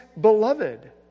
beloved